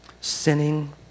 sinning